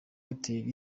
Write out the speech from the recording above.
airtel